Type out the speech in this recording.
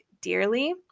dearly